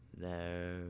No